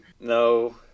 No